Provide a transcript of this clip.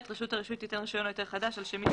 רשות הרישוי תיתן רישיון או היתר חדש על שם מי